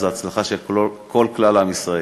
היא הצלחה של כלל עם ישראל.